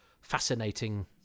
fascinating